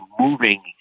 moving